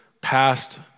past